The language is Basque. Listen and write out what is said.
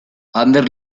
ander